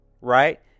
right